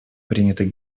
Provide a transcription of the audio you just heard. принятых